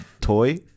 toy